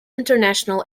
international